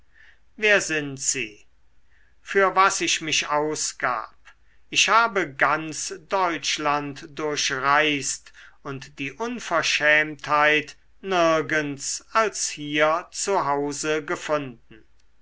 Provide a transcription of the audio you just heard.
wer sind sie für was ich mich ausgab ich habe ganz deutschland durchreist und die unverschämtheit nirgends als hier zu hause gefunden